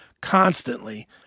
constantly